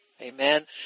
Amen